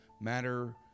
matter